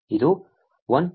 2 raise to 4 ಸರಿಸುಮಾರು 3